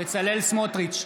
בצלאל סמוטריץ'